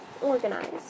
organized